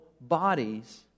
bodies